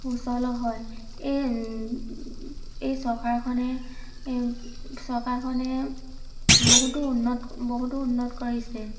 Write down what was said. সুচলো হয় এই এই চৰকাৰখনে চৰকাৰখনে বহুতো উন্নত বহুতো উন্নত কৰিছে